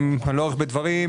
אני לא ארבה בדברים.